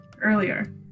earlier